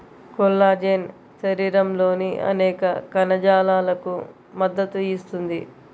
collagen శరీరంలోని అనేక కణజాలాలకు మద్దతు ఇస్తుంది